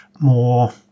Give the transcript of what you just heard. more